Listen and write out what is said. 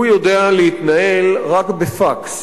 הוא יודע להתנהל רק בפקס,